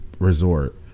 Resort